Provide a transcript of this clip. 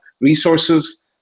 resources